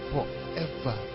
Forever